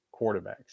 quarterbacks